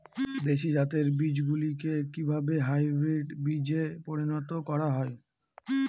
দেশি জাতের বীজগুলিকে কিভাবে হাইব্রিড বীজে পরিণত করা হয়?